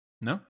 No